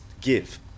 give